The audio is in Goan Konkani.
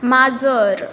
माजर